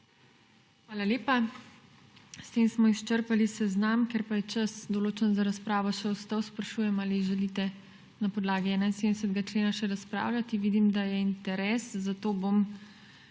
Hvala lepa. S tem smo izčrpali seznam. Ker pa je čas, določen za razpravo, še ostal, sprašujem, ali želite na podlagi 71. člena še razpravljati? Vidim, da je interes, zato bom